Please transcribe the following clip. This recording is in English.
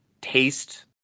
taste